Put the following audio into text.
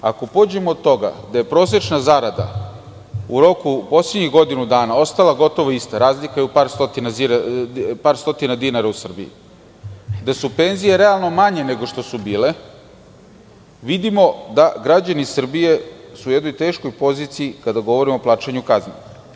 Ako pođemo od toga da je prosečna zarada poslednjih godinu dana ostala gotovo ista, razlika je u par stotina dinara u Srbiji, gde su penzije realno manje nego što su bile, vidimo da su građani Srbije u jednoj teškoj poziciji, kada govorimo o plaćanju kazni.